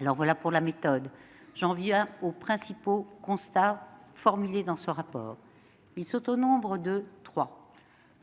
Voilà pour la méthode. J'en viens maintenant aux principaux constats formulés dans ce rapport. Ils sont au nombre de trois.